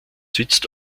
sitzt